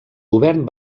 govern